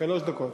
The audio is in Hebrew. שלוש דקות.